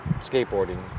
skateboarding